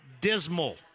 dismal